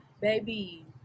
Baby